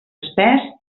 espès